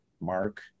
mark